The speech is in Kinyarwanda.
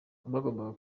abagombaga